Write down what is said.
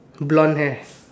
blonde hair